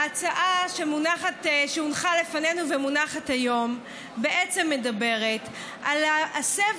ההצעה שהונחה לפנינו ומונחת היום בעצם מדברת על להסב